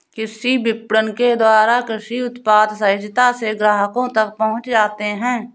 कृषि विपणन के द्वारा कृषि उत्पाद सहजता से ग्राहकों तक पहुंच जाते हैं